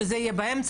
שזה יהיה באמצע,